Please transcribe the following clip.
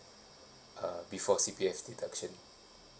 uh before C_P_F deduction